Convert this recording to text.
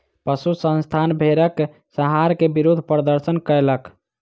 पशु संस्थान भेड़क संहार के विरुद्ध प्रदर्शन कयलक